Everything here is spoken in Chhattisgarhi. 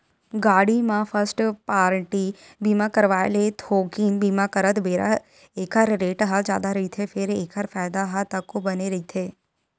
गाड़ी म फस्ट पारटी बीमा करवाय ले थोकिन बीमा करत बेरा ऐखर रेट ह जादा रहिथे फेर एखर फायदा ह तको बने रहिथे